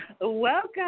Welcome